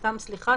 סליחה,